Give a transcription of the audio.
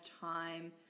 time